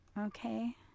Okay